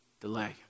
delay